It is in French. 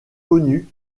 connu